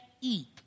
eat